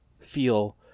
feel